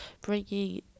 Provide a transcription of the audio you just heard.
bringing